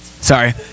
Sorry